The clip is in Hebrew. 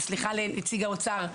וסליחה מנציג האוצר,